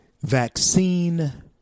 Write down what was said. vaccine